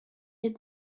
had